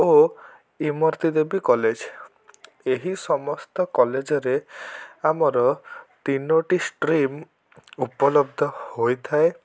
ଓ Irmati Devi college ଏହି ସମସ୍ତ କଲେଜ୍ରେ ଆମର ତିନୋଟି ଷ୍ଟ୍ରିମ୍ ଉପଲବ୍ଧ ହୋଇଥାଏ